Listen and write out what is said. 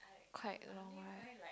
quite long right